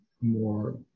more